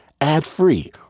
ad-free